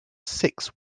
six